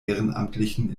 ehrenamtlichen